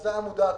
זה העמודה הכחולה.